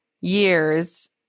years